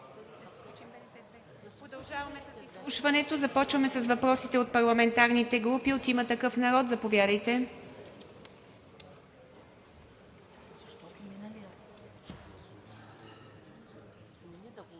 Продължаваме с изслушването. Започваме с въпросите от парламентарните групи. От „Има такъв народ“ – заповядайте.